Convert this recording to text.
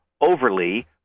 overly